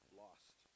lost